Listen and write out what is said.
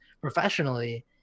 professionally